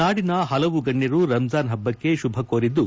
ನಾಡಿನ ಹಲವು ಗಣ್ಯರು ರಂಜಾನ್ ಹಬ್ಬಕ್ಕೆ ಶುಭ ಕೋರಿದ್ದು